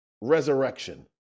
resurrection